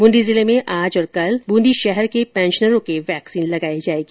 बूंदी जिले में आज और कल बूंदी शहर के पेंशनरों के वैक्सीन लगाई जाएगी